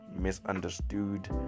misunderstood